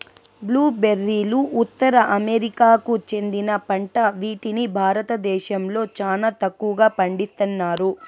blue బెర్రీలు ఉత్తర అమెరికాకు చెందిన పంట వీటిని భారతదేశంలో చానా తక్కువగా పండిస్తన్నారు